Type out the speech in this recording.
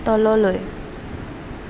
তললৈ